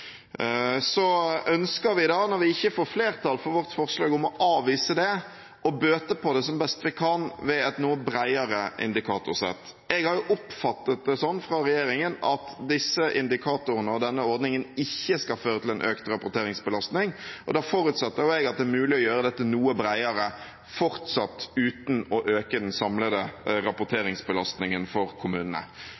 Så ønsker vi da, når vi ikke får flertall for vårt forslag om å avvise det, å bøte på det som best vi kan, med et noe bredere indikatorsett. Jeg har oppfattet det sånn fra regjeringen at disse indikatorene og denne ordningen ikke skal føre til en økt rapporteringsbelastning. Da forutsetter jeg at det er mulig å gjøre dette noe bredere, fortsatt uten å øke den samlede